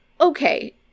okay